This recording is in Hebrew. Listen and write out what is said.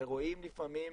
ורואים לפעמים